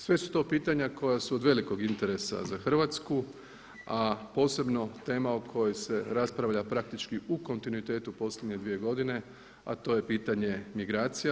Sve su to pitanja koja su od velikog interesa za Hrvatsku a posebno tema o kojoj se raspravlja praktički u kontinuitetu posljednje 2 godine a to je pitanje migracija.